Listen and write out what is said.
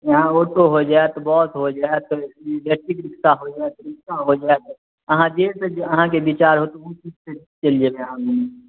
यहाँ ऑटो हो जायत बस हो जायत एत्तऽ एलेक्ट्रिक रिक्शा हो जायत रिक्शा हो जायत आहाँ जे से जे आहाँके बिचार होत ओ चीज चलि जेतै आहाँ लङ